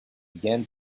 began